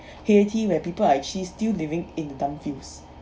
haiti where people are actually still living in the dump fields